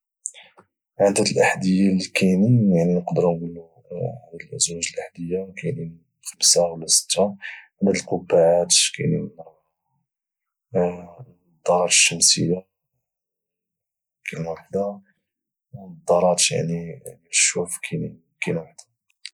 عدد الاحدية اللي كاينين يعني نقدروا نقولوا عدد ديال الازواج ديال الاحذيه كاينين خمسه ولا سته عدد القبعات كاين اربعه نظاره الشمسيه كاينه واحده والنظارات ديال الشوف يعني كاينه واحده